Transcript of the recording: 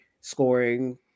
scoring